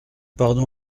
pardon